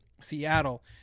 Seattle